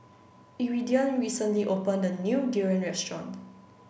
Iridian recently opened a new durian Restaurant